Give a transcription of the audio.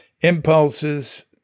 impulses